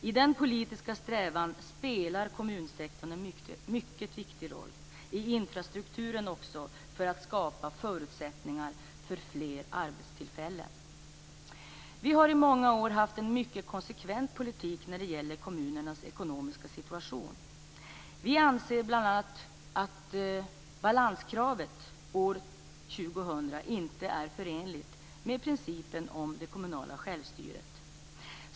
I den politiska strävan spelar kommunsektorn en mycket viktig roll, likaså infrastrukturen, när det gäller att skapa förutsättningar för fler arbetstillfällen. Vi har i många år haft en mycket konsekvent politik när det gäller kommunernas ekonomiska situation. Vi anser bl.a. att balanskravet år 2000 inte är förenligt med principen om det kommunala självstyret.